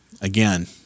Again